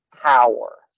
power